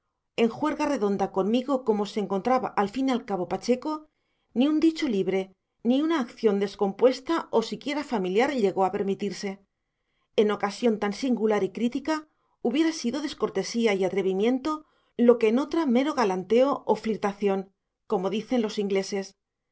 en juerga redonda conmigo como se encontraba al fin y al cabo pacheco ni un dicho libre ni una acción descompuesta o siquiera familiar llegó a permitirse en ocasión tan singular y crítica hubiera sido descortesía y atrevimiento lo que en otra mero galanteo o flirtación como dicen los ingleses esto lo